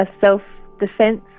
self-defense